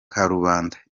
karubanda